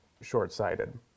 short-sighted